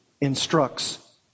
instructs